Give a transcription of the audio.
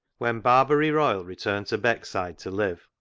when barbary royle returned to beckside to live,